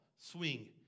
swing